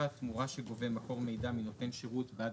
תמורה שגובה מקור מידע מנותן שירות בעד